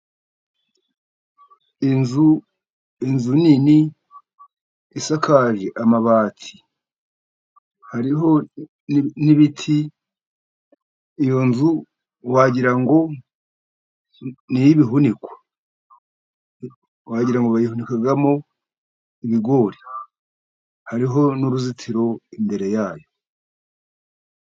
Inzu, inzu nini, isakaje amabati, hariho n'ibiti, iyo nzu wagira ngo ni iy'ibihunikwa. Wagira ngo bayihunikagamo ibigori. Hariho n'uruzitiro imbere ya yo.